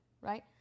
right